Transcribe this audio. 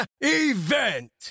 event